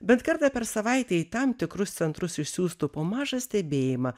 bent kartą per savaitę į tam tikrus centrus išsiųstų po mažą stebėjimą